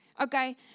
Okay